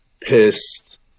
pissed